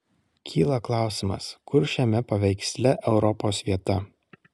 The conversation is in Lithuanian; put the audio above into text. kyla klausimas kur šiame paveiksle europos vieta